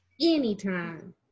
Anytime